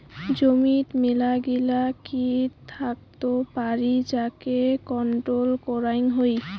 জমিত মেলাগিলা কিট থাকত পারি যাকে কন্ট্রোল করাং হই